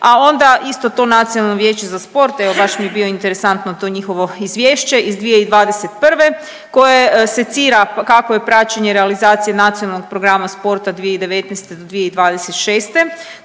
A onda isto to Nacionalno vijeće za sport, evo baš je bilo interesantno to njihovo izvješće iz 2021. koje secira kako je praćenje realizacije nacionalnog programa sporta 2019. do 2026.